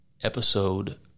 episode